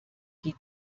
die